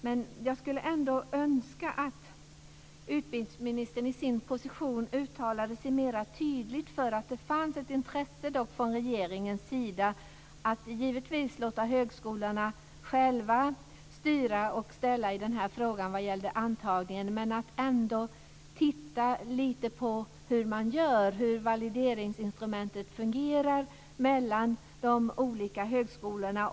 Givetvis ska man låta högskolorna själva styra och ställa i den här frågan när det gäller antagningen. Men jag skulle ändå önska att utbildningsministern i sin position uttalade sig mer tydligt om att det fanns ett intresse från regeringens sida att titta lite på hur man gör och hur valideringsinstrumentet fungerar mellan de olika högskolorna.